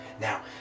Now